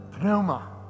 Pneuma